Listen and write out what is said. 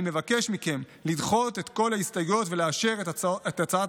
אני מבקש מכם לדחות את כל ההסתייגויות ולאשר את הצעת